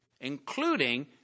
including